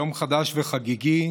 יום חדש וחגיגי